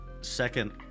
second